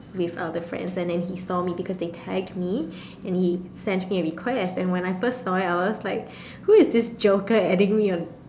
with other friends and then he saw me because they tagged me and he sent me a request and when I first saw it I was like who is this joker adding me on